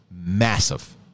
massive